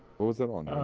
was it and